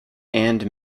and